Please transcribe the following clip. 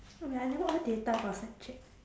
wait I never on data for snapchat